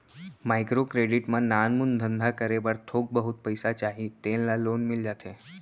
micro credit म नानमुन धंधा करे बर थोक बहुत पइसा चाही तेन ल लोन मिल जाथे